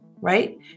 Right